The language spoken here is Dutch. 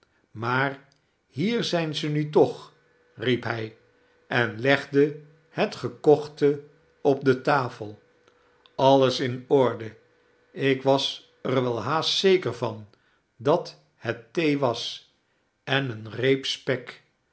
maar hier zijn ze nu tpch riep hij en legde het gekochte op de tafel alles in orde ik was er wel haast zeker van dat het thee was en eene reep spek